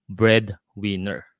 breadwinner